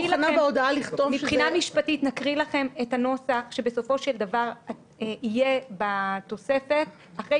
מבחינה משפטית נקריא לכם את הנוסח שבסופו של דבר יהיה בתוספת אחרי